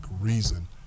reason